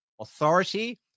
authority